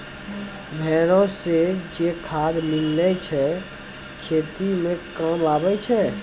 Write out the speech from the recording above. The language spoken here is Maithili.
भेड़ो से जे खाद मिलै छै खेती मे काम आबै छै